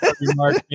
Mark